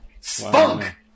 spunk